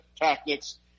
tactics